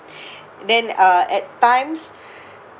then uh at times